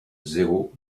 zéro